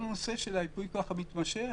כל הנושא של הייפוי כוח המתמשך